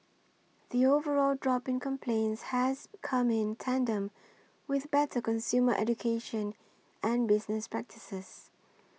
the overall drop in complaints has come in tandem with better consumer education and business practices